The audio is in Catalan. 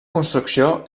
construcció